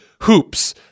HOOPS